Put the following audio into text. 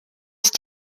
ist